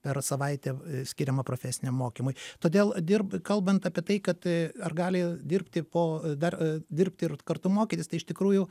per savaitę skiriama profesiniam mokymui todėl dirb kalbant apie tai kad ar gali dirbti po dar dirbti ir kartu mokytis tai iš tikrųjų